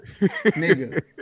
Nigga